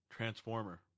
Transformer